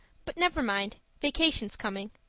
but never mind, vacation's coming.